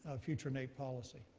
ah future naep policy.